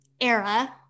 era